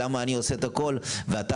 כי זה